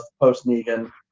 post-Negan